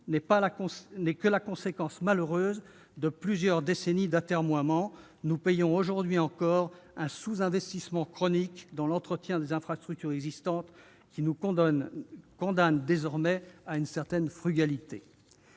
n'est que la conséquence malheureuse de plusieurs décennies d'atermoiements. Nous payons, aujourd'hui encore, un sous-investissement chronique dans l'entretien des infrastructures existantes, qui nous condamne désormais à une certaine frugalité.